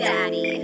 Daddy